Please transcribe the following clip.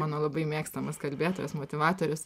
mano labai mėgstamas kalbėtojas motyvatorius